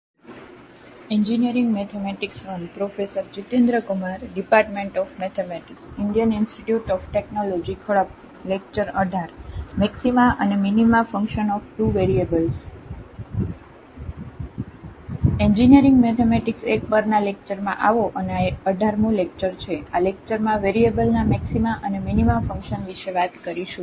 તેથી engineering mathematics 1 પરના લેક્ચરમાં આવો અને આ 18 લેક્ચર છે આ લેક્ચરમાં વેરીએબલના મેક્સિમા અને મિનિમા ફંક્શન્સ વિશે વાત કરીશું